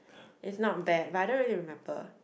it's not bad but I don't really remember